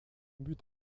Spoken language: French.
but